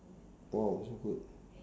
!wow! so good